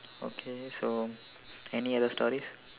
okay so any other stories